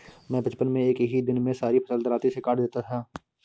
मैं बचपन में एक ही दिन में सारी फसल दरांती से काट देता था